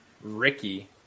Ricky